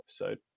episode